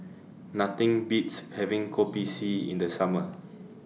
Nothing Beats having Kopi C in The Summer